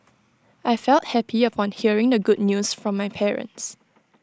I felt happy upon hearing the good news from my parents